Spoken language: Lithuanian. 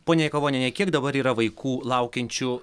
ponia jakavoniene kiek dabar yra vaikų laukiančių